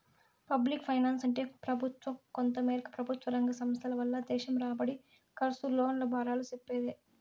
public ఫైనాన్సంటే పెబుత్వ, కొంతమేరకు పెబుత్వరంగ సంస్థల వల్ల దేశం రాబడి, కర్సు, లోన్ల బారాలు సెప్పేదే